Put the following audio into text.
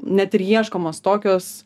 net ir ieškomos tokios